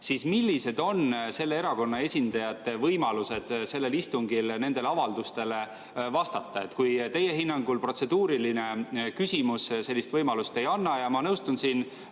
siis millised on selle erakonna esindajate võimalused sellel istungil nendele avaldustele vastata? Kui teie hinnangul protseduuriline küsimus sellist võimalust ei anna – ma nõustun siin